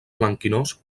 blanquinós